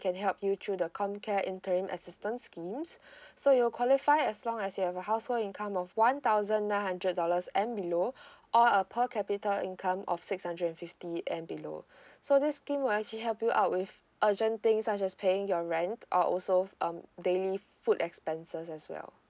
can help you through the comcare interim assistance schemes so it will qualify as long as your household income of one thousand nine hundred dollars and below or a per capita income of six hundred and fifty and below so this scheme will actually help you out with urgent things such as paying your rent or also um daily food expenses as well